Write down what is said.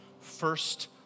first